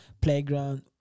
playground